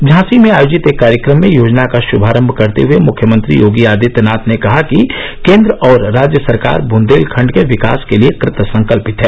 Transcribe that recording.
झांसी में आयोजित एक कार्यक्रम में योजना का श्भारंभ करते हुए मुख्यमंत्री योगी आदित्यनाथ ने कहा कि केंद्र और राज्य सरकार ब्देलखंड के विकास के लिए कृतसंकल्पित हैं